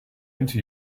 into